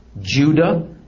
Judah